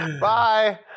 Bye